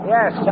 Yes